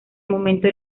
momento